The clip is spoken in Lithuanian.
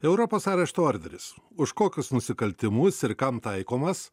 europos arešto orderis už kokius nusikaltimus ir kam taikomas